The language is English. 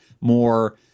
more